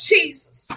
Jesus